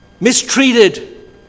mistreated